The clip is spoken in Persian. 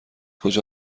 کجا